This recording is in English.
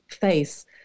face